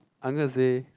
I'm gonna say